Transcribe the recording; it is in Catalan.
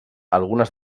algunes